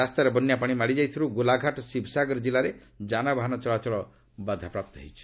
ରାସ୍ତାରେ ବନ୍ୟାପାଣି ମାଡ଼ିଯାଇଥିବାରୁ ଗୋଲାଘାଟ ଓ ଶିବସାଗର ଜିଲ୍ଲାରେ ଯାନବାହନ ଚଳାଚଳ ବାଧାପ୍ରାପ୍ତ ହୋଇଛି